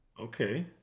Okay